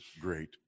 great